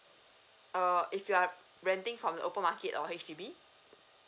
err if you are renting from open market or H_D_B